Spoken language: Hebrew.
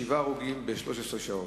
שבעה הרוגים ב-13 שעות.